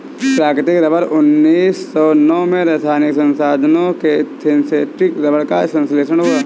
प्राकृतिक रबर उन्नीस सौ नौ में रासायनिक साधनों से सिंथेटिक रबर का संश्लेषण हुआ